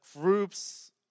groups